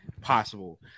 possible